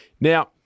Now